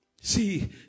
See